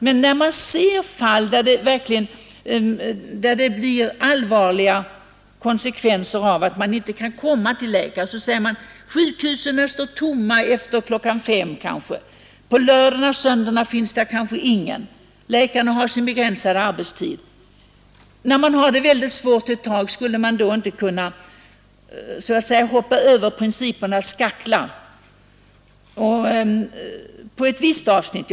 Men när sjukhusen står tomma kanske efter klockan 17.00 och på lördagar och söndagar beroende på att läkarna har sin begränsade arbetstid, och man har väntande patienter skulle man då inte kunna så att säga hoppa över principernas skaklar på ett visst avsnitt?